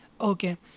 Okay